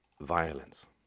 violence